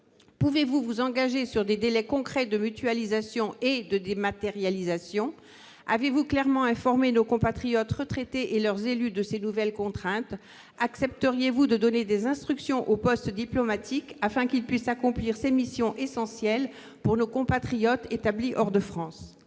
pouvez-vous vous engager sur des délais concrets en matière de mutualisation et de dématérialisation ? Avez-vous clairement informé nos compatriotes retraités et leurs élus de ces nouvelles contraintes ? Accepteriez-vous de donner des instructions aux postes diplomatiques, afin qu'ils puissent accomplir ces missions essentielles pour nos compatriotes établis hors de France ?